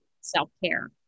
self-care